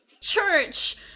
Church